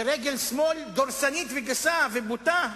ברגל שמאל דורסנית, גסה ובוטה?